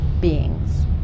beings